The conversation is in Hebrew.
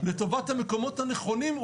לטובת המקומות הנכונים,